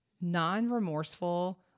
non-remorseful